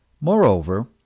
Moreover